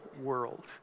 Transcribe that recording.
world